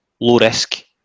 low-risk